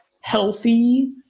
healthy